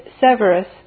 Severus